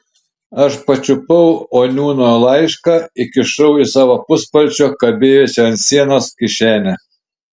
aš pačiupau oniūno laišką įsikišau į savo puspalčio kabėjusio ant sienos kišenę